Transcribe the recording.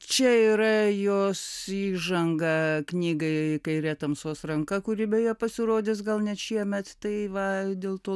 čia yra jos įžanga knygai kaire tamsos ranka kuri beje pasirodys gal net šiemet tai va dėl to